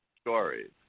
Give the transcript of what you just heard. stories